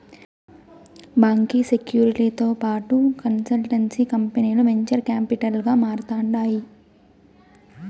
బాంకీ సెక్యూరీలతో పాటు కన్సల్టెన్సీ కంపనీలు వెంచర్ కాపిటల్ గా మారతాండాయి